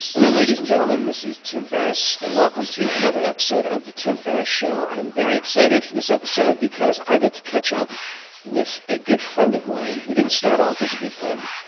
hello, ladies and gentlemen, this is tim ferriss, and welcome to another episode of the tim ferriss show. i am very excited for this episode because i get to catch up with a good friend of mine, who didn't start off as a good friend.